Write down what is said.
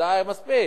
די, מספיק.